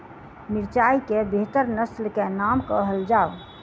मिर्चाई केँ बेहतर नस्ल केँ नाम कहल जाउ?